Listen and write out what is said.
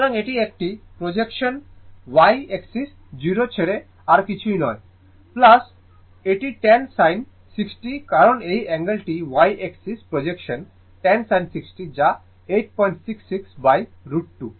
সুতরাং এটি একটি প্রজেক্শনাল y এক্সিস 0 ছাড়া আর কিছুই নয় এটি 10 sin 60 কারণ এই অ্যাঙ্গেল টি y এক্সিস প্রজেকশন 10 sin 60 যা 866√ 2